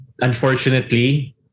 unfortunately